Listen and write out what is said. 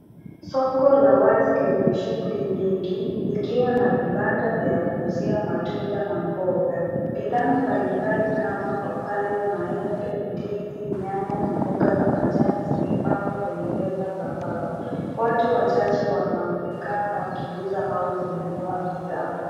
Soko la wazi lenye shughuli nyingi, likiwa na vibanda vya kuuzia matunda na mboga. Bidhaa mbalimbali kama papai, maembe, ndizi, nyanya na mboga za majani zimepangwa kwenye meza za mbao. Watu wachache wanaonekana wakiuza au kununua bidhaa.